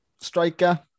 Striker